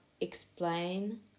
explain